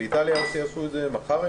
באיטליה יעשו את זה מחר,